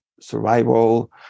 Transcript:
survival